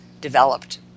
developed